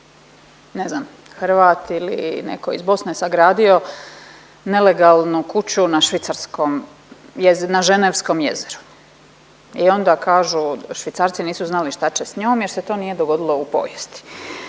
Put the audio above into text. ne znam Hrvat ili netko iz Bosne sagradio nelegalnu kuću na švicarskom, na ženevskom jezeru i onda kažu Švicarci nisu znali šta će s njom jer se to nije dogodilo u povijesti.